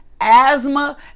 asthma